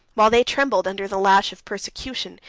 while they trembled under the lash of persecution,